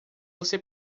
você